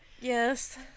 Yes